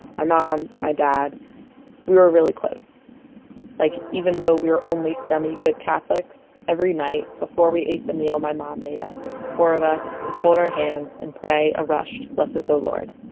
my mom, my dad we were really close like even though we were only semi-good catholics, every night, before we ate the meal my mom made us, the four of us would fold our hands and pray a rushed bless us oh lord.